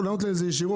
לענות לי על זה ישירות.